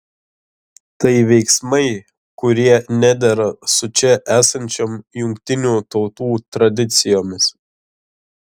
tai veiksmai kurie nedera su čia esančiom jungtinių tautų tradicijomis